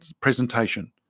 presentation